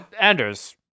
Anders